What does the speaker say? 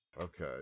Okay